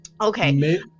Okay